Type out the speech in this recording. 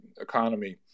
economy